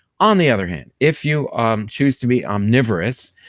on the other hand, if you choose to be omnivorous,